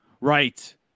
right